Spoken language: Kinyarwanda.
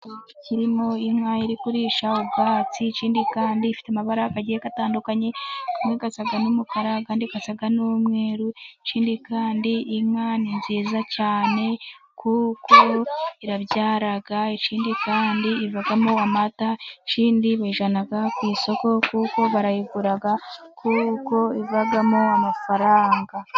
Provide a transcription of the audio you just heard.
I.. kirimo inka iri kuririsha ubwatsi. Ikindi kandi ifite amabara atandukanye. Amwe asa n'umukara andi asa n'umweru. Kandi inka ni nziza cyane kuko irabyara . Ikindi kandi ivamo amata. Ikindi bayijyana ku isoko kuko barayigura ikavamo amafaranga.